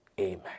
Amen